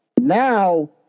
now